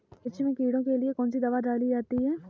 मिर्च में कीड़ों के लिए कौनसी दावा डाली जाती है?